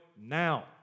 now